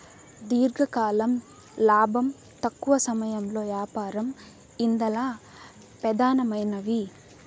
దీర్ఘకాలం లాబం, తక్కవ సమయంలో యాపారం ఇందల పెదానమైనవి